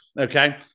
Okay